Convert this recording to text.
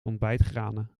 ontbijtgranen